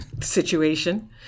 situation